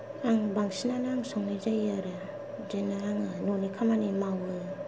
आं बांसिनानो आं संनाय जायो आरो बिदिनो आङो न'नि खामानि मावो